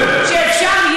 לא נכון, אני מצטער.